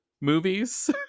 movies